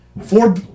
Four